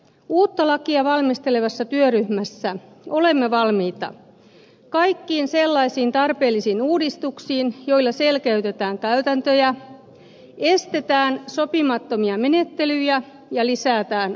uutta lakia valmistelevassa työryhmässä olemme valmiita kaikkiin sellaisiin tarpeellisiin uudistuksiin joilla selkeytetään käytäntöjä estetään sopimattomia menettelyjä ja lisätään avoimuutta